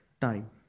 Time